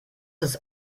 ist